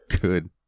good